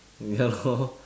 ya lor